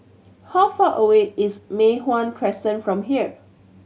how far away is Mei Hwan Crescent from here